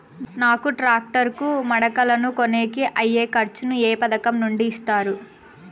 నాకు టాక్టర్ కు మడకలను కొనేకి అయ్యే ఖర్చు ను ఏ పథకం నుండి ఇస్తారు?